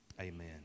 amen